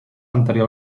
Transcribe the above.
anterior